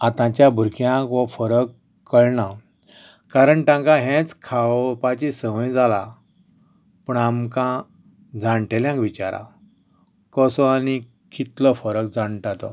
आतांच्या भुरग्यांक हो फरक कळना कारण तांकां हेंच खावपाची संवय जाल्या पूण आमकां जाणटेल्यांक विचारात कसो आनी कितलो फरक जाणटा तो